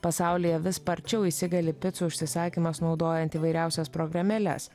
pasaulyje vis sparčiau įsigali picų užsisakymas naudojant įvairiausias programėles